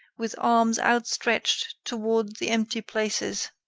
with arms outstretched toward the empty places,